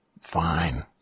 Fine